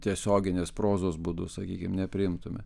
tiesioginės prozos būdu sakykim nepriimtume